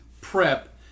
prep